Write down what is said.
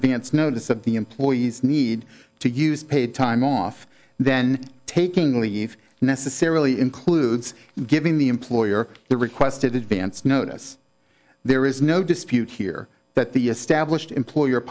advance notice of the employee's need to use paid time off then taking leave necessarily includes giving the employer the requested advance notice there is no dispute here that the established employer